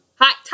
Hot